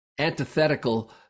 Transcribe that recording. antithetical